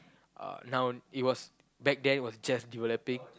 uh now it was back then it was just developing